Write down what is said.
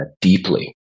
deeply